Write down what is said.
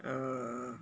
uh